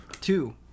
Two